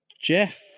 jeff